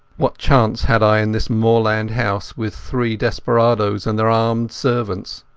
what chance had i in this moorland house with three desperadoes and their armed servants?